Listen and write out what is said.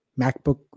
MacBook